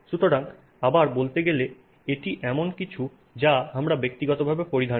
সুতরাং আবার বলতে গেলে এটি এমন কিছু যা আমরা ব্যক্তিগতভাবে পরিধান করি